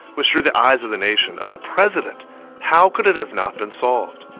which drew the eyes of the nation of the president how could it have not been solved?